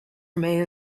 remain